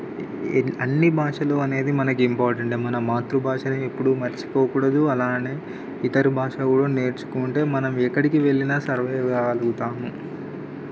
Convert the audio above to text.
అన్నీ భాషలు అనేది మనకి ఇంపార్టెంట్ మన మాతృ భాషని ఎప్పుడు మర్చిపోకూడదు అలాగే ఇతరు భాషలు కూడా నేర్చుకుంటే మనం ఎక్కడికి వెళ్ళినా సర్వైవ్ కాగలుగుతాము